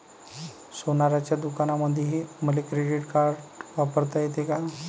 सोनाराच्या दुकानामंधीही मले क्रेडिट कार्ड वापरता येते का?